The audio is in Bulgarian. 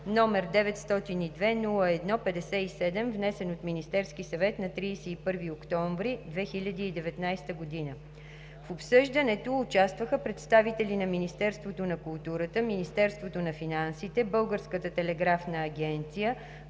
г., № 902-01-57, внесен от Министерския съвет на 31 октомври 2019 г. В обсъждането участваха представители на Министерството на културата, Министерството на финансите, Българската телеграфна агенция,